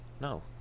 No